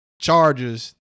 charges